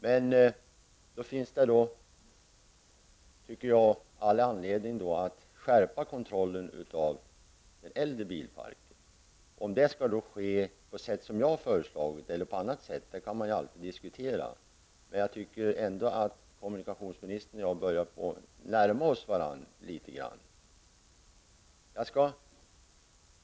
Men då finns det, tycker jag, all anledning att skärpa kontrollen av den äldre bilparken. Om det skall ske på det sätt som jag har föreslagit eller på annat sätt kan man alltid diskutera, men jag tycker ändå att kommunikationsministern och jag börjar närma oss varandras ståndpunkter litet grand.